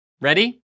Ready